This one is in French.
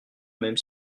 même